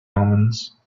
omens